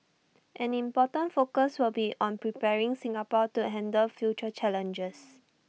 an important focus will be on preparing Singapore to handle future challenges